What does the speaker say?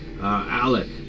Alec